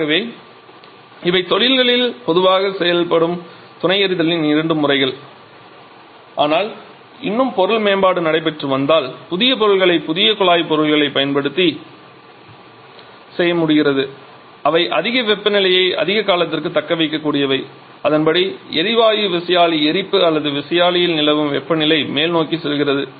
ஆகவே இவை தொழில்களில் பொதுவாக செய்யப்படும் துணை எரிதலின் இரண்டு முறைகள் ஆனால் இன்னும் பொருள் மேம்பாடு நடைபெற்று வருவதால் புதிய பொருள்களை புதிய குழாய் பொருள்களை உற்பத்தி செய்ய முடிகிறது அவை அதிக வெப்பநிலையை அதிக காலத்திற்கு தக்க வைக்க கூடியவை அதன்படி எரிவாயு விசையாழி எரிப்பு அல்லது விசையாழியில் நிலவும் வெப்பநிலை நிலை மேல்நோக்கி செல்கிறது